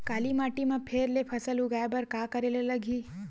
काली माटी म फेर ले फसल उगाए बर का करेला लगही?